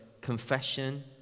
confession